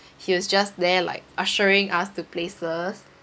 he was just there like ushering us to places